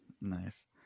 Nice